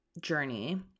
journey